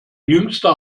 jüngster